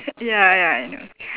ya ya I know